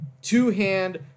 two-hand